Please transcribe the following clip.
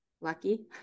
lucky